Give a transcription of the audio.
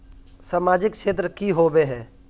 सामाजिक क्षेत्र की होबे है?